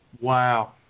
Wow